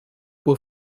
por